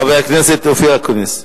חבר הכנסת אופיר אקוניס.